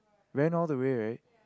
ran all the way right